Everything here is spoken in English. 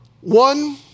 One